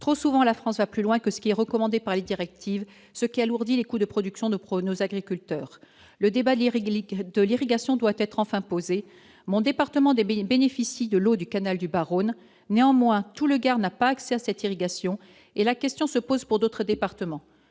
trop souvent, la France va plus loin que ce qui est recommandé par les directives, ce qui alourdit les coûts de production de prône aux agriculteurs le débat lyrique de l'irrigation doit être enfin poser mon département des bénéficie de l'eau du canal du Rhône néanmoins tout le Gard n'a pas accès à cette irrigation et la question se pose pour d'autres départements